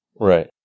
Right